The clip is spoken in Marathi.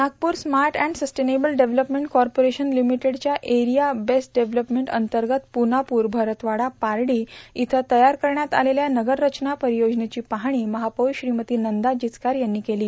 Nagpur smart and sustainable development corporation लिमिटेडच्या एरिया बेस्ड डेव्हलपमेंट अंतर्गत पुनापूर भरतवाडा पारडी इथं तयार करण्यात आलेल्या नगररचना परियोजनेची पाहणी महापौर श्रीमती नंदा जिचकार यांनी केली